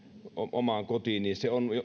omaan kotiin on